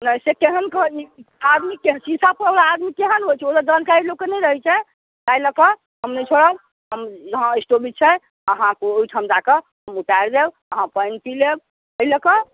नइ से केहेन कह आदमीके शीशा फोड़ैवला आदमी केहन होइ छै ओते जानकारी आदमीके नहि रहै छै तै लऽ कऽ हम नहि छोड़ब हम जहाँ स्टॉपिज छै अहाँके ओहिठाम जाकऽ हम उतारि देब अहाँ पानि पी लेब अइ लऽ कऽ